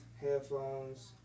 headphones